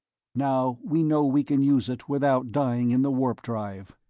now we know we can use it without dying in the warp-drive.